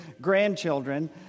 grandchildren